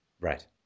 Right